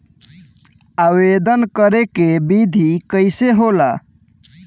आवेदन करे के विधि कइसे होला?